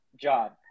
job